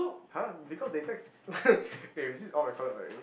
!huh! because they text eh this is all recorded right